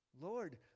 Lord